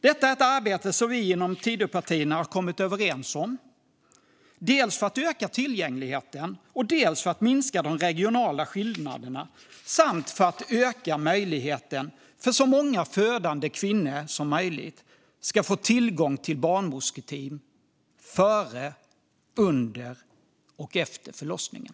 Det är ett arbete som vi inom Tidöpartierna har kommit överens om, dels för att öka tillgängligheten, dels för att minska de regionala skillnaderna och dels för att öka möjligheten för att så många födande kvinnor som möjligt ska få tillgång till barnmorsketeam före, under och efter förlossningen.